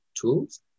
tools